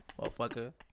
Motherfucker